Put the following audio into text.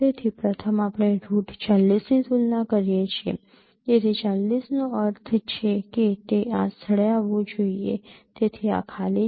તેથી પ્રથમ આપણે રૂટ ૪૦ ની તુલના કરીએ છીએ તેથી ૪૦ નો અર્થ છે કે તે આ સ્થળે આવવું જોઈએ તેથી આ ખાલી છે